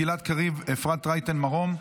גלעד קריב ואפרת רייטן מרום,